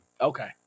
Okay